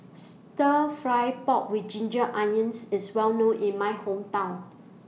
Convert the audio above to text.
Stir Fry Pork with Ginger Onions IS Well known in My Hometown